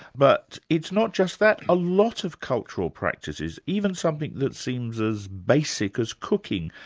but it's not just that, a lot of cultural practices, even something that seems as basic as cooking,